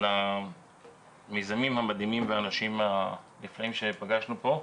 על המיזמים המדהימים והאנשים הנפלאים שפגשנו פה.